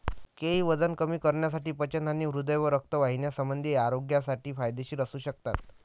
केळी वजन कमी करण्यासाठी, पचन आणि हृदय व रक्तवाहिन्यासंबंधी आरोग्यासाठी फायदेशीर असू शकतात